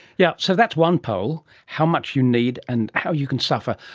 yes, so that's one pole, how much you need and how you can suffer.